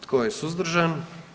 Tko je suzdržan?